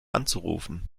anzurufen